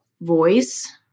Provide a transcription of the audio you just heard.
voice